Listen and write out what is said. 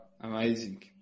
amazing